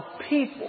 people